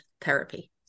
therapy